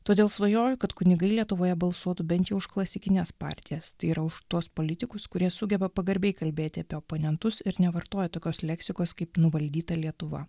todėl svajoju kad kunigai lietuvoje balsuotų bent jau už klasikines partijas tai yra už tuos politikus kurie sugeba pagarbiai kalbėti apie oponentus ir nevartoja tokios leksikos kaip nuvaldyta lietuva